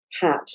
hat